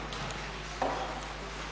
Hvala